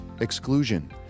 exclusion